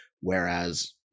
Whereas